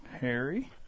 Harry